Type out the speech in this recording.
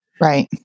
Right